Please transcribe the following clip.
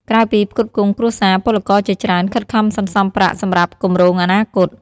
ក្រៅពីផ្គត់ផ្គង់គ្រួសារ ពលករជាច្រើនខិតខំសន្សំប្រាក់សម្រាប់គម្រោងអនាគត។